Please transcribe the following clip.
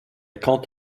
can’t